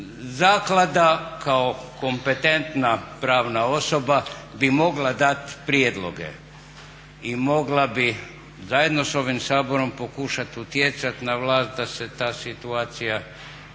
zaklada kao kompetentna pravna osoba bi mogla dat prijedloge i mogla bi zajedno s ovim Saborom pokušat utjecat na vlast da se ta situacija